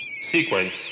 sequence